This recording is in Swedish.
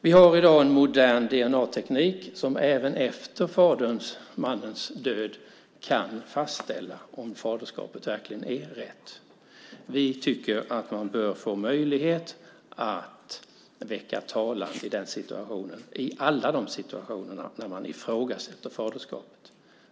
Vi har i dag en modern dna-teknik som även efter mannens död kan fastställa om faderskapet verkligen är rätt. Vi tycker att man bör få möjlighet att väcka talan i alla de situationer där man ifrågasätter faderskapet.